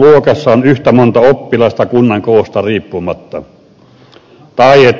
koululuokassa on yhtä monta oppilasta kunnan koosta riippumatta